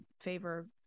favor